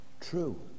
True